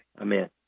Amen